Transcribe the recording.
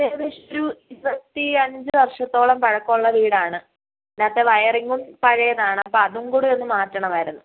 ഏകദേശമൊരു ഇരുപത്തി അഞ്ച് വർഷത്തോളം പഴക്കമുള്ള വീടാണ് അതിനകത്തെ വയറിങ്ങും പഴയതാണ് അപ്പം അതും കൂടെ ഒന്ന് മാറ്റണവായിരുന്നു